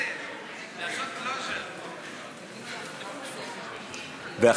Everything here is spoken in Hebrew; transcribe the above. חבר הכנסת אייכלר, בבקשה.